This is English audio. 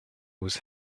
was